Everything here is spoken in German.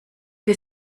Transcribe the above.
wir